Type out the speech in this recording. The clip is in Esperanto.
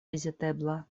vizitebla